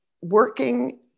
working